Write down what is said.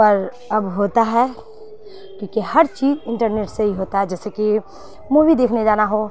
پر اب ہوتا ہے کیونکہ ہر چیز انٹرنیٹ سے ہی ہوتا ہے جیسے کہ مووی دیکھنے جانا ہو